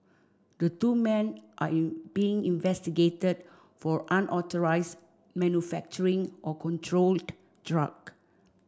the two men are you being investigated for unauthorised manufacturing of controlled drug